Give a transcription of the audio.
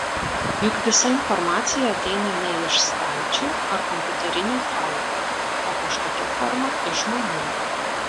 juk visa informacija ateina ne iš stalčių ar kompiuterinių failų o kažkokia forma iš žmonių